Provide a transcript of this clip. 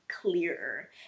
clearer